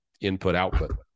input-output